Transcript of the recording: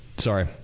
Sorry